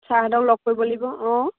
ছাৰহঁতক লগ কৰিব লাগিব অঁ